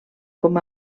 com